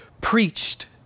preached